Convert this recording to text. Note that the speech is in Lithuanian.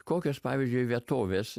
kokios pavyzdžiui vietovės